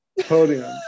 Podium